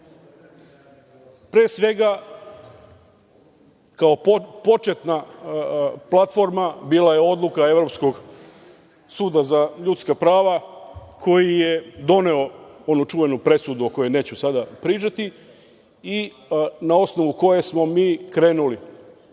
svega, kao početna platforma bila je odluka Evropskog suda za ljudska prava koji je doneo onu čuvenu presudu o kojoj neću sada pričati i na osnovu koje smo mi krenuli.